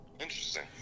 Interesting